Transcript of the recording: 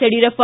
Yediyurappa